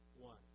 one